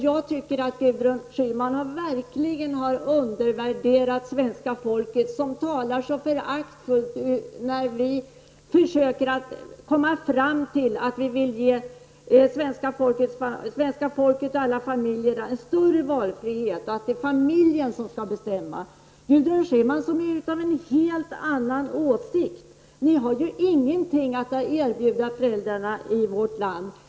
Jag tycker att Gudrun Schyman verkligen har undervärderat svenska folket när hon talar så föraktfullt om att vi vill ge familjerna en större valfrihet. Det är familjen som skall bestämma. Gudrun Schyman är av en helt annan åsikt. Ni har ingenting att erbjuda föräldrarna i vårt land.